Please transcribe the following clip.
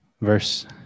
Verse